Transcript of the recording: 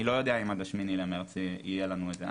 אני לא יודע אם עד ה-8 למרץ יהיה לנו את זה.